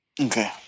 Okay